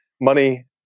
money